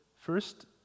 first